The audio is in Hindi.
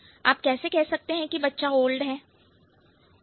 आप कैसे कह सकते हैं कि बच्चा ओल्ड है